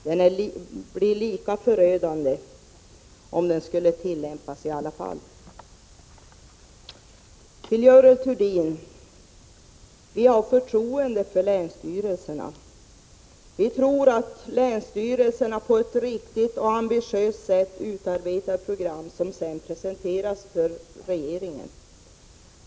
Den blir ändå lika förödande, om den skulle tillämpas. Till Görel Thurdin: Vi har förtroende för länsstyrelserna. Vi tror att länsstyrelserna på ett riktigt och ambitiöst sätt utarbetar program som sedan presenteras för regeringen.